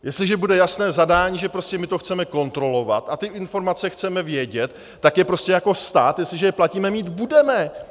Jestliže bude jasné zadání, že prostě my to chceme kontrolovat a ty informace chceme vědět, tak je prostě jako stát, jestliže je platíme, mít budeme.